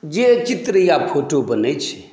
जे चित्र या फोटो बनै छै